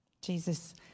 Jesus